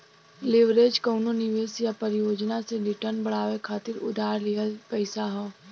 leverage कउनो निवेश या परियोजना से रिटर्न बढ़ावे खातिर उधार लिहल पइसा हौ